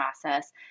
process